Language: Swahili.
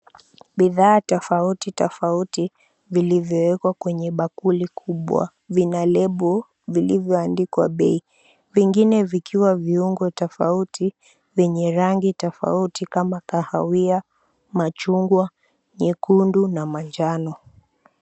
Bidhaa tofauti tofauti vilivyoekwa kwenye bakuli kubwa vina lebo vilivyoandikwa bei, vingine vikiwa viungo tofauti vyenye rangi tofauti kama kahawia, machungwa, nyekundu na manjano.